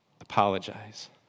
Apologize